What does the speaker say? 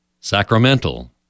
Sacramental